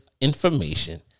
information